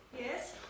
Yes